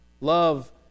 Love